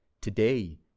today